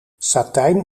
satijn